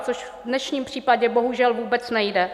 Což v dnešním případě bohužel vůbec nejde.